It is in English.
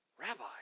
Rabbi